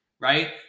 right